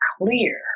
clear